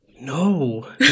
No